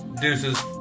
Deuces